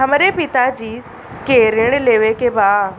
हमरे पिता जी के ऋण लेवे के बा?